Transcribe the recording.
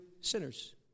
sinners